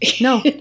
No